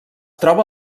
troba